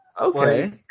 Okay